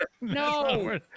No